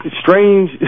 strange